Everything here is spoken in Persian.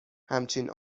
همچین